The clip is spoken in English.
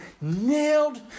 nailed